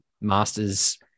Masters